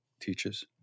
teaches